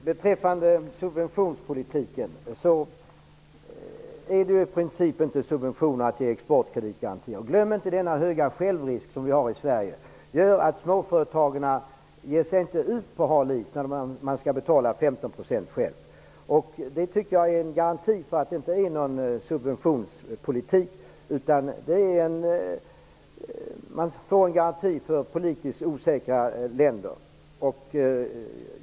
Herr talman! Att ge exportkreditgaranti är i princip inte att ge en subvention. Glöm inte den höga självrisken i Sverige. Småföretagen vågar inte ge sig ut på hal is, när de skall betala 15 % själva. Det visar att det inte är någon subventionspolitik, utan man får en garanti gentemot politiskt osäkra länder.